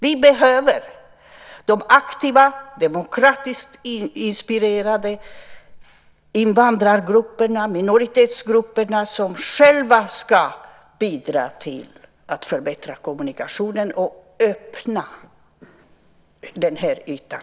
Vi behöver de aktiva demokratiskt inspirerade invandrargrupperna, minoritetsgrupperna, som själva ska bidra till att förbättra kommunikationen och öppna den här ytan.